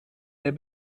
der